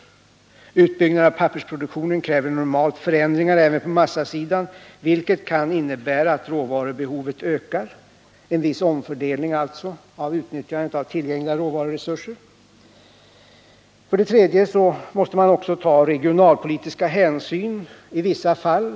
Utbyggnader av pappersproduktionen kräver normalt förändringar även på massasidan, vilket kan innebära att råvarubehovet ökar — en viss omfördelning alltså av utnyttjandet av de tillgängliga råvaruresurserna. 3. Regionalpolitiska hänsyn kan behöva tas i vissa fall.